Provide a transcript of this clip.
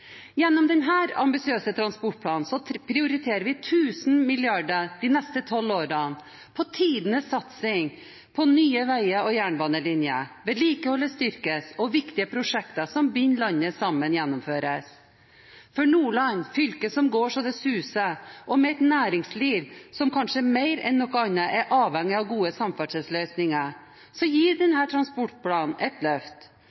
Gjennom denne ambisiøse transportplanen prioriterer vi 1 000 mrd. kr de neste tolv årene på tidenes satsing på nye veier og jernbanelinjer. Vedlikeholdet styrkes, og viktige prosjekter som binder landet sammen, gjennomføres. For Nordland – fylket som går så det suser og med et næringsliv som kanskje mer enn noe annet er avhengig av gode samferdselsløsninger – gir denne transportplanen et løft.